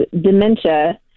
dementia